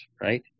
right